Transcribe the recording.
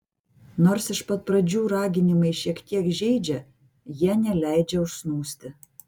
nors iš pat pradžių raginimai šiek tiek žeidžia jie neleidžia užsnūsti